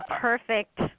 perfect